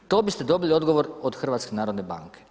To biste dobili odgovor od HNB-a.